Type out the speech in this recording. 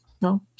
No